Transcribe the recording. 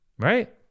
Right